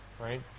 right